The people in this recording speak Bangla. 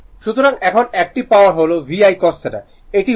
সুতরাং এখন একটিভ পাওয়ার হল VI cos θ এটি ওয়াট